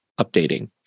updating